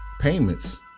payments